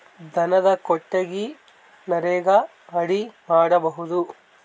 ದನದ ಕೊಟ್ಟಿಗಿ ನರೆಗಾ ಅಡಿ ಮಾಡಬಹುದಾ?